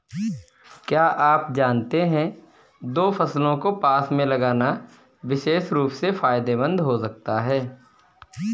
क्या आप जानते है दो फसलों को पास में लगाना विशेष रूप से फायदेमंद हो सकता है?